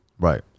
right